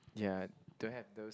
ya don't have those